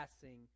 passing